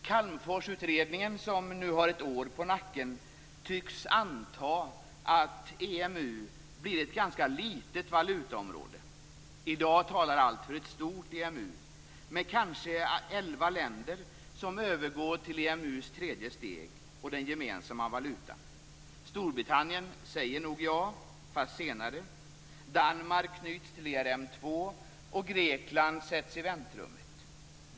Calmforsutredningen, som nu har ett år på nacken, tycks anta att EMU blir ett ganska litet valutaområde. I dag talar allt för ett stort EMU med kanske elva länder som övergår till EMU:s tredje steg och den gemensamma valutan. Storbritannien säger nog ja, fast senare. Danmark knyts till ERM 2, och Grekland sätts i väntrummet.